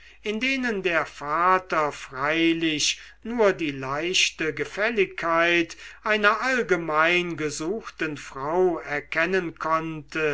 in denen der vater freilich nur die leichte gefälligkeit einer allgemein gesuchten frau erkennen konnte